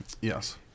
Yes